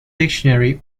dictionary